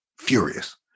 furious